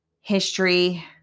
history